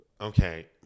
Okay